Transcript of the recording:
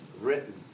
written